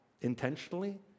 intentionally